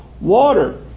water